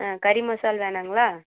ஆ கறி மசாலா வேணாங்களா